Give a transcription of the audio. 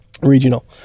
regional